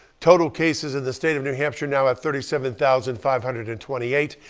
total cases in the state of new hampshire now at thirty seven thousand five hundred and twenty eight.